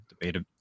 debate